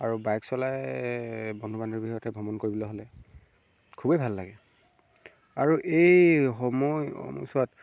আৰু বাইক চলাই বন্ধু বান্ধৱীৰ সৈতে ভ্ৰমণ কৰিবলৈ হ'লে খুবেই ভাল লাগে আৰু এই সময় সময়ছোৱাত